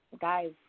guys